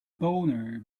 boner